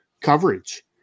coverage